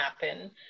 happen